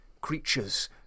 Creatures